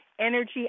energy